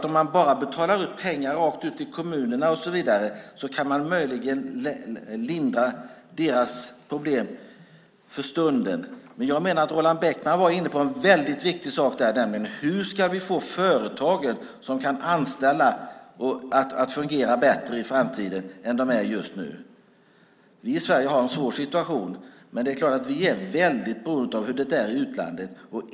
Om man bara betalar ut pengar rakt ut i kommunerna kan man möjligen lindra deras problem för stunden. Men jag menar att Roland Bäckman var inne på en väldigt viktig sak, nämligen: Hur ska vi få företagen som kan anställa att fungera bättre i framtiden än just nu? Vi i Sverige har en svår situation. Vi är väldigt beroende av hur det är i utlandet.